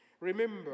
Remember